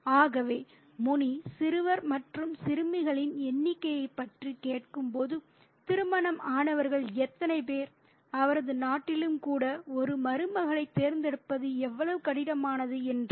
ஆகவே முனி சிறுவர் மற்றும் சிறுமிகளின் எண்ணிக்கையைப் பற்றி கேட்கும்போது திருமணம் ஆனவர்கள் எத்தனை பேர் அவரது நாட்டிலும் கூட ஒரு மருமகளை தேர்ந்தெடுப்பது எவ்வளவு கடினமானது என்றார்